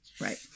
Right